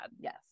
Yes